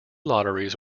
lotteries